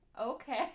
Okay